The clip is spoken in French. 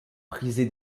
prisé